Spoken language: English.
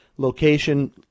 location